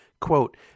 Quote